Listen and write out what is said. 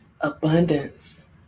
Abundance